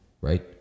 Right